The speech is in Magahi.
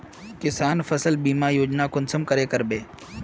किसान फसल बीमा योजना कुंसम करे करबे?